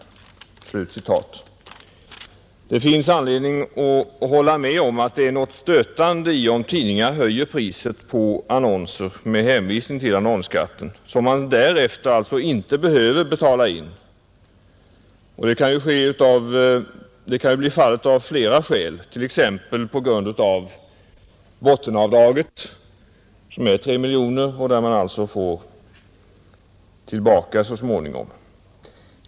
Det finns anledning att hålla med om att det är något stötande i om tidningarna höjer priset på annonser med hänvisning till annonsskatten, som man därefter inte behöver svara för. Det kan bli fallet på grund av bottenavdraget på 3 miljoner kronor, där man således får tillbaka inbetalda pengar så småningom.